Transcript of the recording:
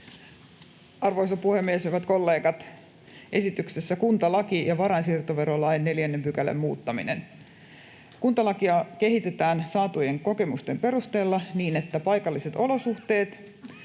Arvoisa puhemies! Hyvät kollegat! Esityksessä on kuntalain ja varainsiirtoverolain 4 §:n muuttaminen. Kuntalakia kehitetään saatujen kokemusten perusteella niin, että paikalliset olosuhteet